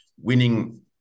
winning